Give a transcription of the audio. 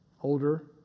older